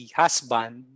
husband